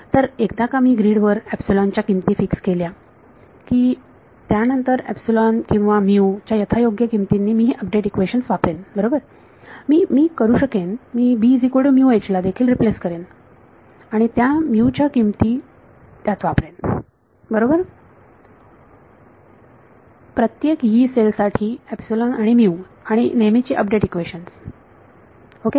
तर एकदा का मी ग्रीड वर च्या किमती फिक्स केल्या की त्यानंतर एपसिलोन किंवा म्यू च्या यथायोग्य किमतींनी मी ही अपडेट इक्वेशन्स वापरेन बरोबर मी मी करू शकेन मी ला देखील रिप्लेस करेन आणि त्या म्यू च्या किमती त्यात वापरेन बरोबर प्रत्येक यी सेल साठी आणि आणि नेहमीची अपडेट इक्वेशन्स ओके